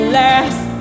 last